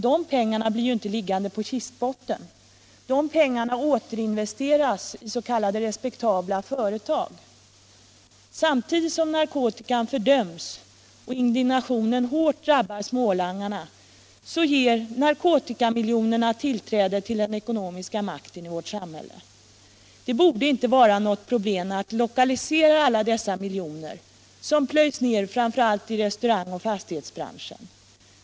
De pengarna blir inte liggande på kistbotten. De pengarna återinvesteras i respektabla företag. Samtidigt som narkotikan fördöms och indignationen hårt drabbar smålangarna så ger narkotikamiljonerna tillträde till den ekonomiska makten i vårt samhälle. Det borde inte vara något pro blem att lokalisera alla dessa miljoner som plöjs ner i framför allt res Nr 37 taurangoch fastighetsbranschen.